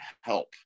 help